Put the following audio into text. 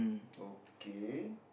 okay